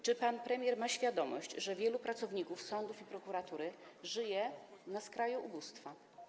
Czy pan premier ma świadomość tego, że wielu pracowników sądów i prokuratury żyje na skraju ubóstwa?